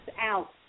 out